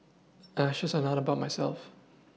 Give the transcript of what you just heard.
ashes are not about myself